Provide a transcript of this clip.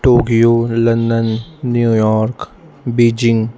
Tokyo London New York Beijing